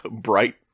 bright